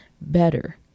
better